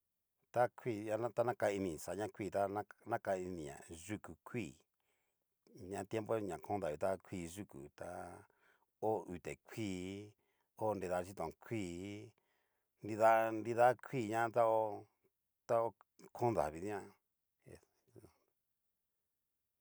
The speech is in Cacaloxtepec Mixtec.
Ta kuii dia ta na kani ini xa na kuii ta naka ini na yuku kuii, ña tiempo ya kon davii ta kuii yuku, ta ho yute kuii, ho xhitón kuii nrida, nrida kuii na ta hó ta hó ta kon davii dikan.